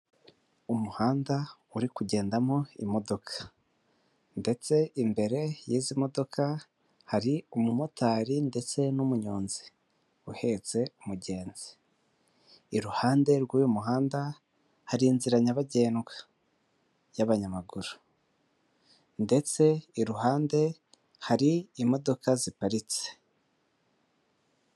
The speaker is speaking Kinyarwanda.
Umuhanda uri kugendamo imodoka ndetse imbere y'izi modoka hari umumotari ndetse n'umunyonzi uhetse umugenzi iruhande rw'uyu muhanda hari inzira nyabagendwa y'abanyamaguru ndetse iruhande hari imodoka ziparitse.